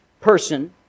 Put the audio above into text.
person